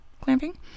clamping